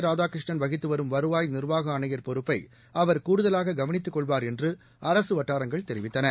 ராதாகிருஷ்ணன் வகித்துவரும் வருவாய் நிர்வாக ஆணையர் பொறுப்பை அவர் கூடுதலாக கவனித்து கொள்வாா் என்று அரசு வட்டாரங்கள் தெரிவித்தன